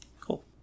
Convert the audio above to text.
Cool